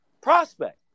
prospect